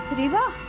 riva!